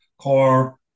car